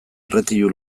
erretilu